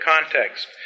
context